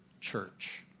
church